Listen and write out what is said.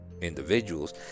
individuals